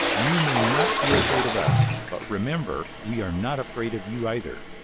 you may not be afraid of us, but remember we are not afraid of you, either!